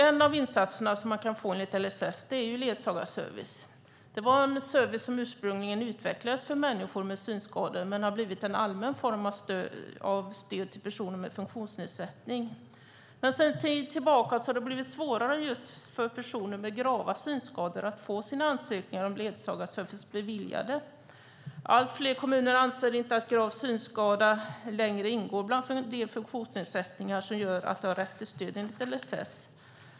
En av insatserna som man kan få enligt LSS är ledsagarservice. Det är en service som ursprungligen utvecklades för människor med synskador men som har blivit en allmän form av stöd till personer med funktionsnedsättning. Men sedan en tid tillbaka har det blivit svårare just för personer med grava synskador att få sina ansökningar om ledsagarservice beviljade. Allt fler kommuner anser inte att grav synskada längre ingår i de funktionsnedsättningar som gör att man har rätt till stöd enligt LSS.